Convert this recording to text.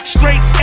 Straight